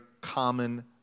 common